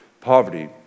poverty